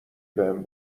بهم